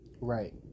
Right